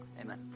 Amen